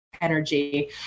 energy